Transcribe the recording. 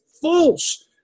false